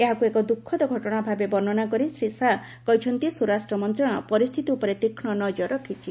ଏହାକୁ ଏକ ଦୁଃଖଦ ଘଟଣା ଭାବେ ବର୍ଷ୍ଣନା କରି ଶ୍ରୀ ଶାହା କହିଛନ୍ତି ସ୍ୱରାଷ୍ଟ୍ର ମନ୍ତ୍ରଣାଳୟ ପରିସ୍ଥିତି ଉପରେ ତୀକ୍ଷ୍ଣ ନଜର ରଖିଛି